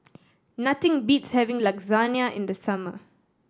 nothing beats having Lasagne in the summer